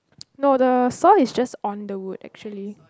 no the saw is just on the wood actually